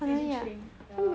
lazy train yeah